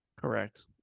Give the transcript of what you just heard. correct